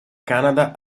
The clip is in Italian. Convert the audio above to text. canada